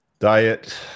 Diet